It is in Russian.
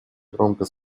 громко